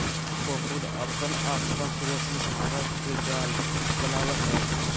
cocoon अपन आसपास रेशमी धागा से जाल बनावय हइ